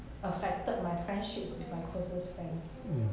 affected my friendships with my closest friends